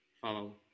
follow